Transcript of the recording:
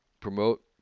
promote